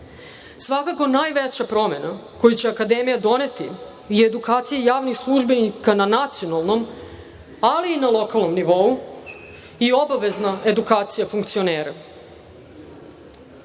način. Svakako najveća promena koju će akademija doneti je edukacija javnih službenika na nacionalnom, ali i na lokalnom nivou i obavezna edukacija funkcionera. Nastavljamo